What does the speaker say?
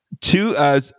two